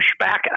pushback